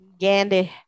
Gandhi